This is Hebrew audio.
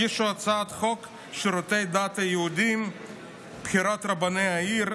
הגישו הצעת חוק שירותי הדת היהודיים (בחירת רבני עיר,